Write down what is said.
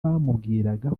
bamubwiraga